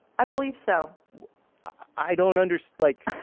i believe so i don't under so like,